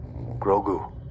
Grogu